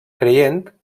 creient